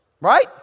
Right